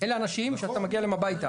אלה אנשים שאתה מגיע אליהם הביתה.